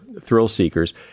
thrill-seekers